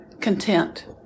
content